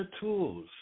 tools